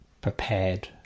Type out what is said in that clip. prepared